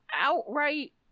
outright